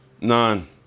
none